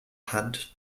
hand